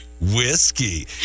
Whiskey